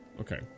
Okay